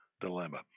dilemma